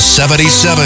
77